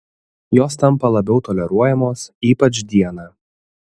jos tampa labiau toleruojamos ypač dieną